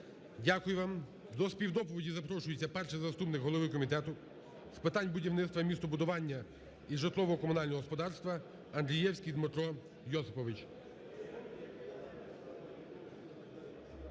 Дякую вам. До співдоповіді запрошується перший заступник голови Комітету з питань будівництва і містобудування, і житлово-комунального господарства Андрієвський Дмитро Йосипович.